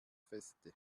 feste